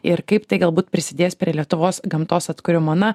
ir kaip tai galbūt prisidės prie lietuvos gamtos atkūrimo na